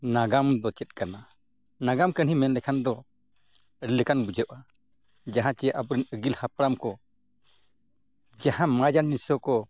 ᱱᱟᱜᱟᱢ ᱫᱚ ᱪᱮᱫ ᱠᱟᱱᱟ ᱱᱟᱜᱟᱢ ᱠᱟᱹᱦᱱᱤ ᱢᱮᱱ ᱞᱮᱠᱷᱟᱱ ᱫᱚ ᱟᱹᱰᱤ ᱞᱮᱠᱟᱱ ᱵᱩᱡᱷᱟᱹᱜᱼᱟ ᱡᱟᱦᱟᱸ ᱪᱮ ᱟᱵᱚᱨᱮᱱ ᱟᱹᱜᱤᱞ ᱦᱟᱯᱲᱟᱢ ᱠᱚ ᱡᱟᱦᱟᱸ ᱢᱚᱡᱽ ᱟᱱ ᱫᱨᱤᱥᱥᱚ ᱠᱚ